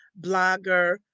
blogger